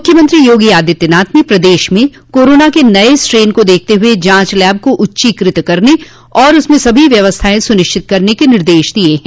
मुख्यमंत्री योगी आदित्यनाथ ने प्रदेश में कोरोना के नये स्ट्रेन को देखते हुए जांच लैब को उच्चीकृत करने तथा उनमें सभी व्यवस्थाएं सुनिश्चित करने के निर्देश दिये हैं